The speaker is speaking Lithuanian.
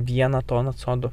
vieną toną ce o du